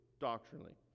doctrinally